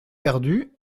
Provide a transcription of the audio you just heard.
perdus